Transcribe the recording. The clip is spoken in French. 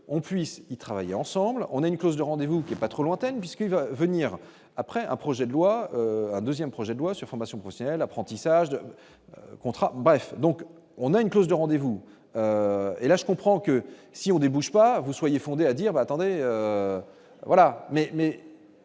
on puisse y travailler ensemble, on a une clause de rendez-vous qui est pas trop lointaine, puisqu'il va venir après un projet de loi un 2ème projet de loi sur formation professionnelle apprentissage de contrat, bref, donc on a une clause de rendez-vous et là, je comprends que si on débouche pas vous soyez fondé à. Dire ben attendez voilà